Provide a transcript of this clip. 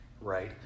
right